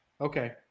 Okay